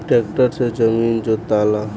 tractor से जमीन जोताला